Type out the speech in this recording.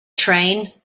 train